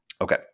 Okay